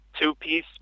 two-piece